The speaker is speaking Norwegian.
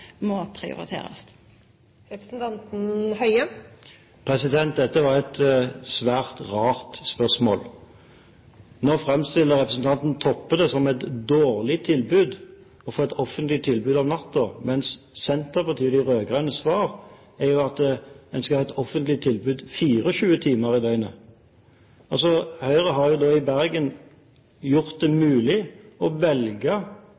må prioriterast? Dette var et svært rart spørsmål. Nå framstiller representanten Toppe det som om det er et dårlig tilbud å få et offentlig tilbud om natten, mens Senterpartiets og de rød-grønnes svar jo er at vi skal ha et offentlig tilbud 24 timer i døgnet. Høyre har jo i Bergen gjort det mulig å velge